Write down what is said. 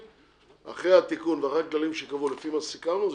אחרי התיקון ואחרי הכללים שייקבעו לפי מה שסיכמנו,